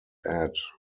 add